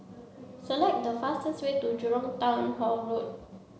select the fastest way to Jurong Town Hall Road